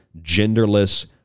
genderless